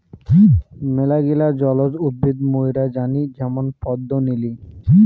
মেলাগিলা জলজ উদ্ভিদ মুইরা জানি যেমন পদ্ম, নিলি